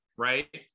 Right